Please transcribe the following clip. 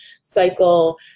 cycle